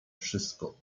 wszystko